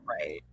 Right